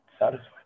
satisfied